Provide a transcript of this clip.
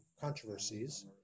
controversies